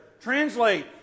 translate